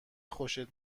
خوشت